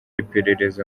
iperereza